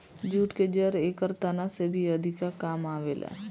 jute के जड़ एकर तना से भी अधिका काम आवेला